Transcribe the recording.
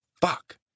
Fuck